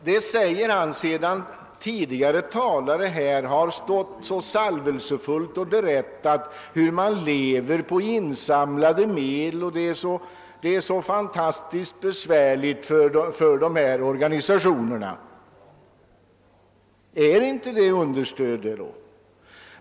Det sade han sedan tidigare talare så salvelsefullt berättat om hur man lever på insamlade medel och att det är så fantastiskt besvärligt för de här organisationerna. Är det inte understöd, då?